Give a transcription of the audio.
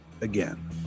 Again